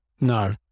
No